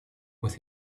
with